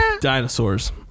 dinosaurs